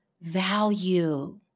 value